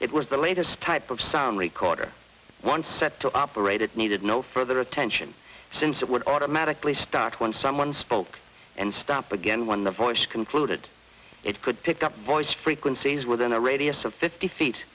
it was the latest type of sound recorder one set to operate it needed no further attention since it would automatically start when someone spoke and stopped again when the voice concluded it could pick up voice frequencies within a radius of fifty feet